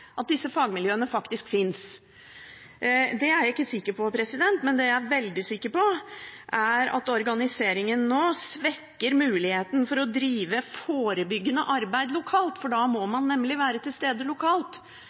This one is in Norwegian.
at disse fagmiljøene faktisk fins. Det er jeg ikke sikker på, men det jeg er veldig sikker på, er at organiseringen nå svekker muligheten for å drive forebyggende arbeid lokalt. Da må man nemlig være til stede lokalt,